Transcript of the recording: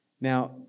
Now